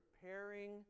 preparing